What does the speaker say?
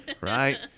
right